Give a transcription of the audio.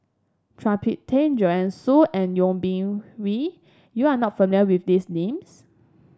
Phua Thin Kiay Joanne Soo and Yeo Bin Hwee you are not familiar with these names